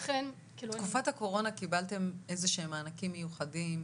בתקופת הקורונה קיבלתם איזה שהם מענקים מיוחדים?